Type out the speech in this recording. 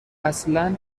اصلا